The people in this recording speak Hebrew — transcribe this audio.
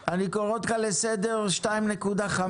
קארה, אני קורא אותך לסדר בפעם ה-2.5.